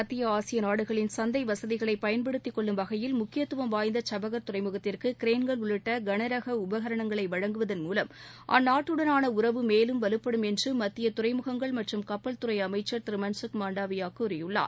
மத்திய ஆசிய நாடுகளின் சந்தை வசதிகளை பயன்படுத்திக் கொள்ளும் வகையில் முக்கியத்துவம் வாய்ந்த சபகர் துறைமுகத்திற்கு கிரேன்கள் உள்ளிட்ட கனரக உபகரணங்களை வழங்குவதள் மூலம் அந்நாட்டுடனான உறவு மேலும் வலுப்படும் என்று மத்திய துறைமுகங்கள் மற்றும் கப்பல் துறை அமைக்சர் திரு மன்சுக் மாண்டவியா கூறியுள்ளார்